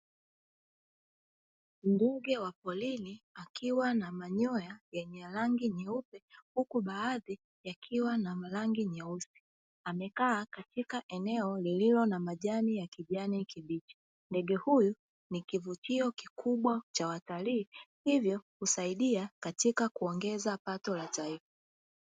Ndege wa porini akiwa na manyoya yenye rangi nyeupe huku baadhi yakiwa na rangi nyeusi amekaa katika eneo lililo na majani ya kijani kibichi ,ndege huyu ni kivutio kikubwa cha watalii hivyo husaidia katika kuongeza pato la taifa.